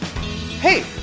Hey